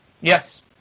yes